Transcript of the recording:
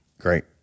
Great